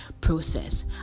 process